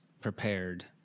prepared